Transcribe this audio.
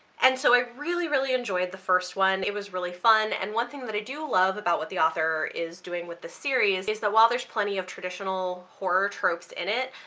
and so i really really enjoyed the first one, it was really fun. and one thing that i do love about what the author is doing with the series is that while there's plenty of traditional horror tropes in it,